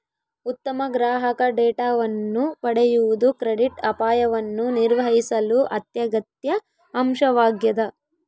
ಉತ್ತಮ ಗ್ರಾಹಕ ಡೇಟಾವನ್ನು ಪಡೆಯುವುದು ಕ್ರೆಡಿಟ್ ಅಪಾಯವನ್ನು ನಿರ್ವಹಿಸಲು ಅತ್ಯಗತ್ಯ ಅಂಶವಾಗ್ಯದ